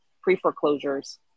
pre-foreclosures